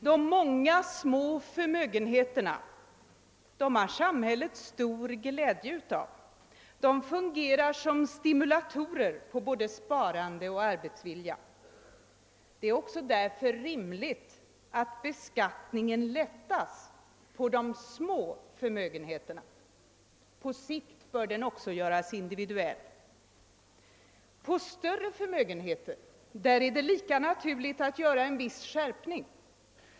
De många små förmögenheterna har samhället stor glädje av. De fungerar som stimulatorer på både sparande och arbetsvilja. Det är därför också rimligt att beskattningen lättas på de små förmögenheterna — på sikt bör den även göras individuell. På större förmögenheter är det lika naturligt att göra en viss skärpning.